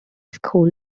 school